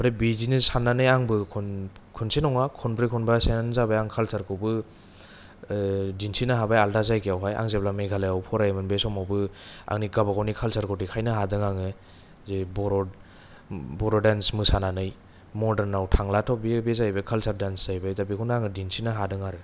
ओमफ्राय बिदिनो साननानै आंबो खनसे नङा खनब्रै खनबासोआनो जाबाय आं खालसारखौबो दिन्थिनो हाबाय आलदा जायगायाव हाय आं जेब्ला मेघालयाव फरायोमोन बे समावबो आंनि गावबागावनि खालसारखौ देखायनो हादों आङो जे बर' देन्स मोसानानै मदार्नाव थांलाथ' बेयो जाहैबाय खालसार दान्स जाहैबाय दा बेखौनो आङो दिन्थिनो हादों आरो